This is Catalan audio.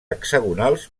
hexagonals